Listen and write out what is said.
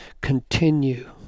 continue